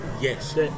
Yes